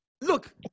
Look